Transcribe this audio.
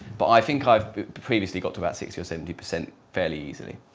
but i think i've previously gotten about sixty or seventy percent fairly easily.